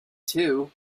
too